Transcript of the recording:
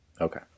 Okay